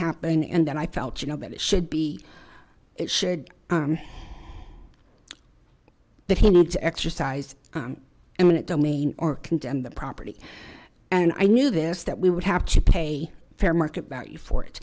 happen and then i felt you know that it should be it should but he needs to exercise eminent domain or condemn the property and i knew this that we would have to pay fair market value for it